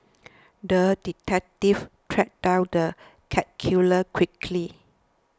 the detective tracked down the cat killer quickly